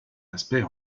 aspect